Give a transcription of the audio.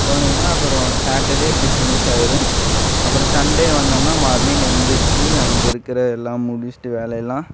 போனிங்கனா அப்புறோம் சாட்டர்டே அப்டேயே ஃபினிஷாயிடும் அப்புறம் சண்டே வந்தோம்னால் மார்னிங் எந்திரிச்சு அங்கேருக்குற எல்லாம் முடிச்சுட்டு வேலையெல்லாம்